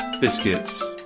biscuits